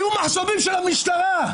היו מחסומים של המשטרה.